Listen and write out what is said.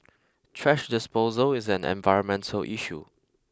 thrash disposal is an environmental issue